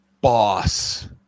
boss